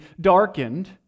darkened